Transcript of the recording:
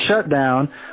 shutdown